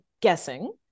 guessing